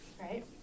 right